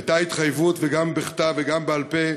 הייתה התחייבות, גם בכתב וגם בעל-פה,